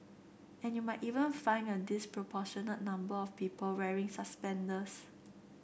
and you might even find a disproportionate number of people wearing suspenders